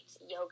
yoga